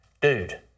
dude